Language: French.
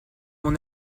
mon